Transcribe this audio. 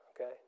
Okay